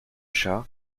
chat